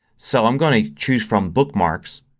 so i'm going to choose from bookmarks